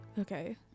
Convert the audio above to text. Okay